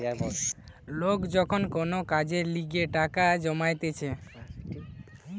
লোক যখন কোন কাজের লিগে টাকা জমাইতিছে